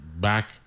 back